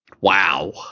Wow